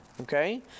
Okay